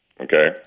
Okay